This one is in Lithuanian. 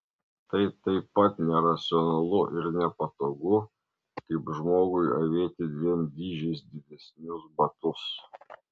tai taip pat neracionalu ir nepatogu kaip žmogui avėti dviem dydžiais didesnius batus